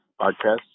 Podcast